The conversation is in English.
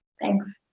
thanks